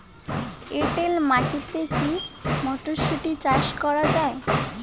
এটেল মাটিতে কী মটরশুটি চাষ করা য়ায়?